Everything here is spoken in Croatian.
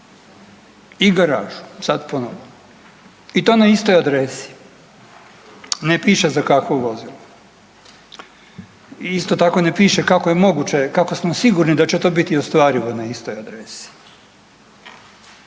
I garažu, sad ponavljam, i to na istoj adresi, ne piše za kakvo vozilo. I isto tako ne piše kako je moguće, kako smo sigurni da će to biti ostvarivo na istoj adresi.